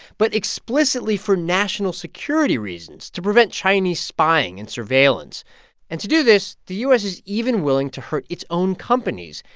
but explicitly for national security reasons to prevent chinese spying and surveillance and to do this, the u s. is even willing to hurt its own companies,